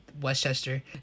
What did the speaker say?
Westchester